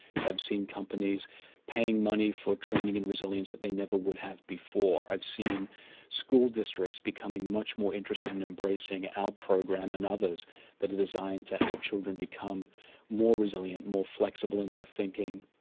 so i've seen companies paying money for training in resilience that they never would have before. i've seen school districts becoming much more interested in embracing our program and others that are designed to help children become more resilient, more flexible in their thinking,